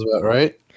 right